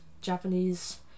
japanese